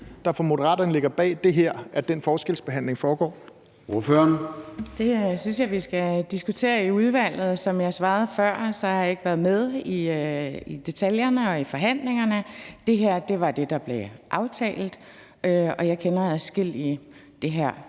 Ordføreren. Kl. 14:23 Nanna W. Gotfredsen (M): Det synes jeg vi skal diskutere i udvalget. Som jeg svarede før, har jeg ikke været med i detaljerne og i forhandlingerne, og det her var det, der blev aftalt, og jeg kender adskillige, det her